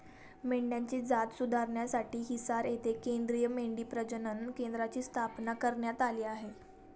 मेंढ्यांची जात सुधारण्यासाठी हिसार येथे केंद्रीय मेंढी प्रजनन केंद्राची स्थापना करण्यात आली आहे